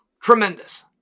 Tremendous